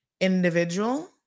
Individual